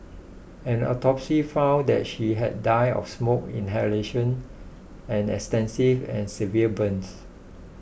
an autopsy found that she had died of smoke inhalation and extensive and severe burns